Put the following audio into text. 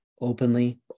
openly